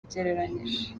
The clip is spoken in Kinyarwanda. ugereranyije